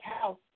house